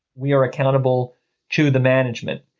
we are accountable to the management.